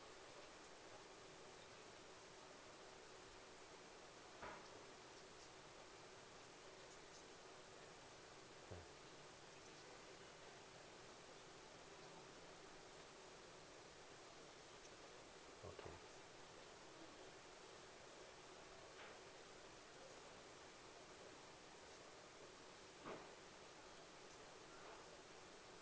mm okay